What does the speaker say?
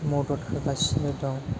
मदद होगासिनो दं